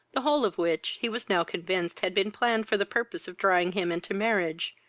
the whole of which he was now convinced had been planned for the purpose of drawing him into marriage,